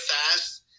fast